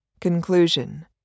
Conclusion